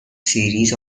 series